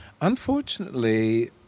Unfortunately